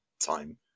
time